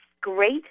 great